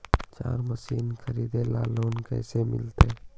चारा मशिन खरीदे ल लोन कैसे मिलतै?